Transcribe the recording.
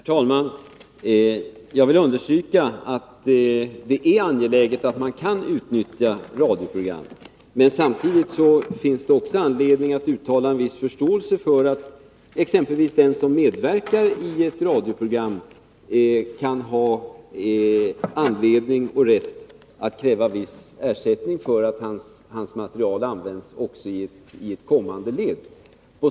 Herr talman! Jag vill understryka att det är angeläget att man kan utnyttja radioprogrammen men samtidigt uttala en viss förståelse för att exempelvis den som medverkar i ett radioprogram kan ha anledning och rätt att kräva viss ersättning för att hans material används också i ett kommande led.